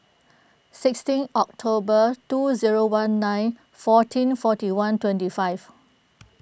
sixteen October two zero one nine fourteen forty one twenty five